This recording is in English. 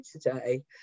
today